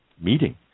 meeting